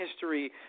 history